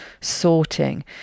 sorting